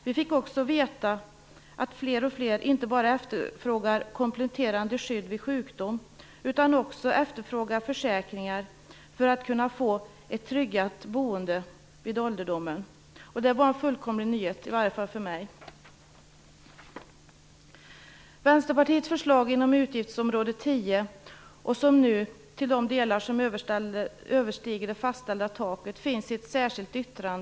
Vi fick också veta att alltfler inte bara efterfrågar kompletterande skydd vid sjukdom utan också försäkringar för att kunna få ett tryggat boende vid ålderdomen. Det var en fullkomlig nyhet i varje fall för mig. Vänsterpartiets förslag inom utgiftsområde 10 till de delar som överstiger det fastställda taket finns i ett särskilt yttrande.